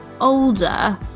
older